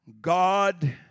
God